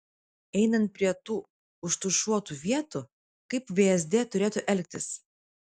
einant prie tų užtušuotų vietų kaip vsd turėtų elgtis